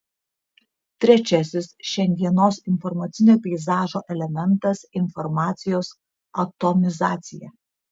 trečiasis šiandienos informacinio peizažo elementas informacijos atomizacija